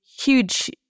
huge